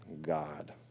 God